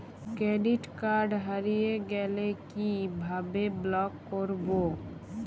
Credit card হারিয়ে গেলে কি ভাবে ব্লক করবো?